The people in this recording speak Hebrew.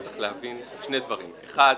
אתה צריך להבין שני דברים: אחד,